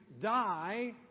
die